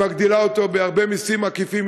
ומגדילה אותו בהרבה מסים עקיפים,